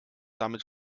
damit